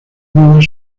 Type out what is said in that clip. nuevas